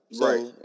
Right